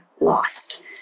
lost